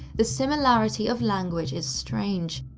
the similarity of language is strange.